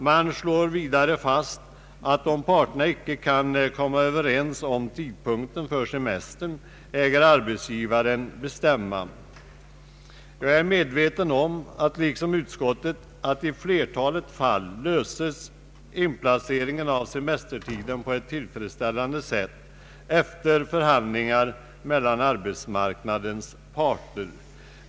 Man fastslår vidare att då parterna inte kan komma överens om tidpunkten för semestern äger arbetsgivaren bestämma. Jag är medveten om, liksom utskottet, att inplaceringen av semestertiden i flertalet fall löses på ett tillfredsställande sätt efter förhandlingar mellan arbetsmarknadens parter.